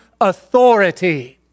authority